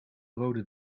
rode